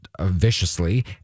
viciously